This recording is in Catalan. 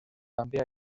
també